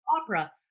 opera